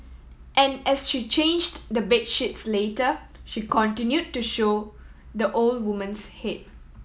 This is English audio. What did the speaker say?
and as she changed the bed sheets later she continued to show the old woman's head